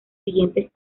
siguientes